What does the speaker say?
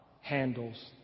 handles